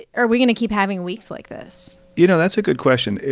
are we going to keep having weeks like this? you know, that's a good question.